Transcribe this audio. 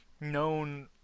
known